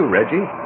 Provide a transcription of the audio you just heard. Reggie